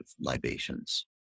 libations